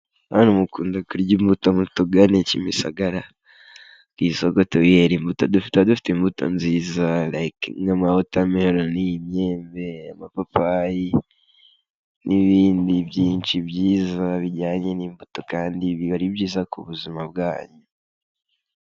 Bnatu mukunda kurya imbuto, mutugane Kimisagara, ku isoko tubihere imbuto, tuba dufite imbuto nziza rayike nka wota meroni, amapapayi n'ibindi byinshi byiza, bijyanye n'imbuto kandi biba ari byiza ku buzima bwanyu.